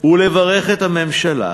לברך את הממשלה